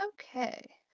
okay